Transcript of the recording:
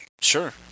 Sure